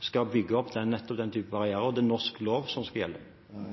skal bygge opp nettopp den type barrierer, og det er norsk lov som skal gjelde.